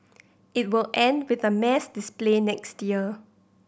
it will end with a mass display next year